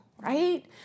right